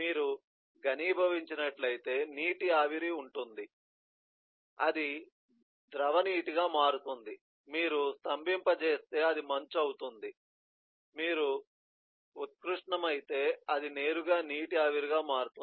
మీరు ఘనీభవించినట్లయితే నీటి ఆవిరి ఉంఉంటుంది అది ద్రవ నీటిగా మారుతుంది మీరు స్తంభింపజేస్తే అది మంచు అవుతుంది మీరు ఉత్కృష్టమైతే అది నేరుగా నీటి ఆవిరిగా మారుతుంది